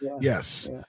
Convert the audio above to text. Yes